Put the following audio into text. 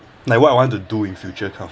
like what I want to do in future kind of